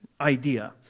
idea